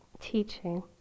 teaching